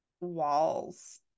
walls